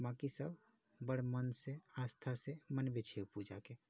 बाँकि सभ बड़ मन से आस्था से मनबै छै ओहि पूजाके